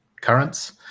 currents